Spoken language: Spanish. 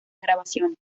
grabaciones